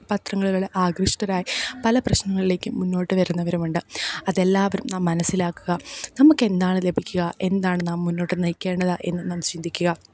പത്രങ്ങള്കളെ ആകൃഷ്ടരായി പല പ്രശ്നങ്ങളിലേക്കും മുന്നോട്ട് വരുന്നവരുമുണ്ട് അതെല്ലാവരും നാം മനസിലാക്കുക നമുക്ക് എന്താണ് ലഭിക്കുക എന്താണ് നാം മുന്നോട്ട് നയിക്കേണ്ടത് എന്ന് നാം ചിന്തിക്കുക